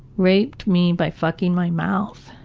raped me by fucking my mouth